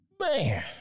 Man